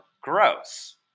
gross